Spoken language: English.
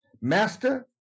master